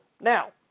Now